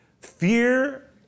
fear